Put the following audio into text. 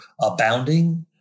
abounding